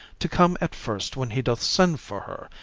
to come at first when he doth send for her,